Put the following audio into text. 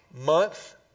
month